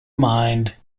mind